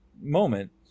moment